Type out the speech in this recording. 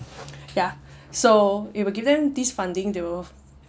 ya so they will give them this funding they will